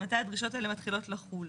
מתי הדרישות האלה מתחילות לחול.